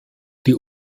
die